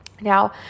Now